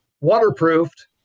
waterproofed